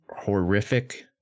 horrific